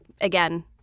again